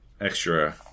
extra